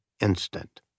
instant